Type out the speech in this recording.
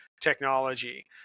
technology